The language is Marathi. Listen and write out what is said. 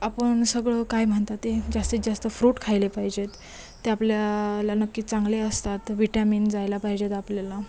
आपण सगळं काय म्हणतात ते जास्तीत जास्त फ्रूट खायला पाहिजेत ते आपल्याला नक्कीच चांगले असतात विटॅमिन जायला पाहिजेत आपल्याला